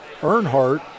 Earnhardt